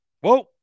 Whoa